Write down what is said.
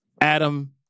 Adam